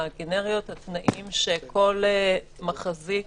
הגנריות, הכללים שכל מחזיק,